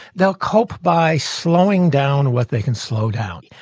they'll cope by slowing down what they can slow down.